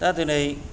दा दिनै